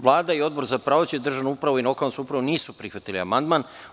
Vlada i Odbor za pravosuđe, državnu upravu i lokalnu samoupravu nisu prihvatili amandman.